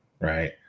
right